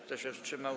Kto się wstrzymał?